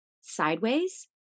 sideways